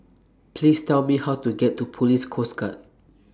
Please Tell Me How to get to Police Coast Guard